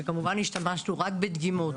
שכמובן השתמשנו רק בדגימות